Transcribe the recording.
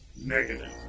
Negative